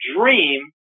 dream